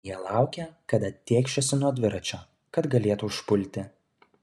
jie laukė kada tėkšiuosi nuo dviračio kad galėtų užpulti